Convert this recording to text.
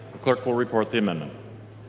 clerk will report the amendment.